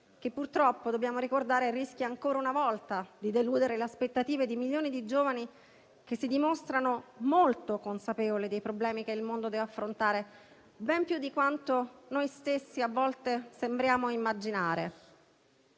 che, purtroppo, dobbiamo ricordare, rischia ancora una volta di deludere le aspettative di milioni di giovani che si dimostrano molto consapevoli dei problemi che il mondo deve affrontare, ben più di quanto noi stessi a volte sembriamo immaginare,